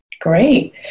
Great